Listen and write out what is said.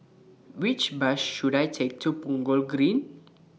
Which Bus should I Take to Punggol Green